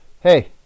hey